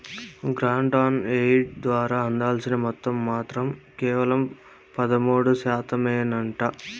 grant in aid ద్వారా అందాల్సిన మొత్తం మాత్రం కేవలం పదమూడు శాతమేనంట